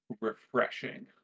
refreshing